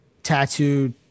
Tattooed